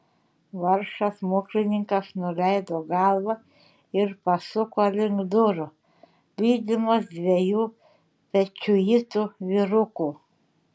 vargšas smuklininkas nuleido galvą ir pasuko link durų lydimas dviejų pečiuitų vyrukų